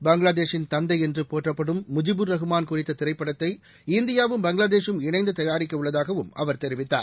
பங்களாதேஷின் தந்தை என்று போற்றப்படும் முஜிபுர் ரஹ்மான் குறித்த திரைப்படத்தை இந்தியாவும் பங்களாதேஷும் இணைந்து தயாரிக்க உள்ளதாகவும் அவர் தெரிவித்தார்